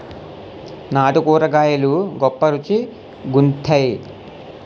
నాటు కూరగాయలు గొప్ప రుచి గుంత్తై